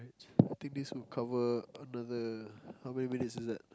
I think this would cover another how many minutes is that